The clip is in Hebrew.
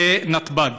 זה נתב"ג.